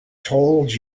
told